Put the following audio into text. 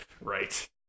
Right